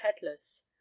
peddlers